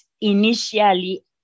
initially